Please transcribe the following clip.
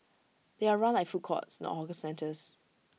they are run like food courts not hawker centres